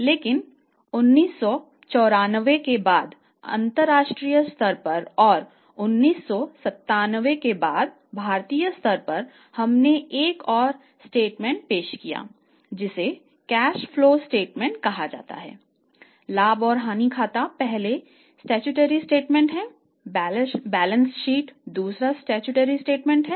लेकिन 1994 के बाद अंतरराष्ट्रीय स्तर पर और 1997 के बाद भारतीय स्तर पर हमने एक और स्टेटमेंट पेश किया जिसे कैश फ्लो स्टेटमेंट है